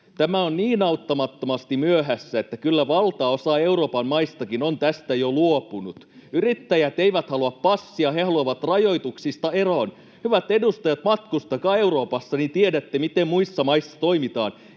tämä on niin auttamattomasti myöhässä, että kyllä valtaosa Euroopan maistakin on tästä jo luopunut. Yrittäjät eivät halua passia, he haluavat rajoituksista eroon. Hyvät edustajat, matkustakaa Euroopassa, niin tiedätte, miten muissa maissa toimitaan.